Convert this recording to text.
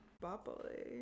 bubbly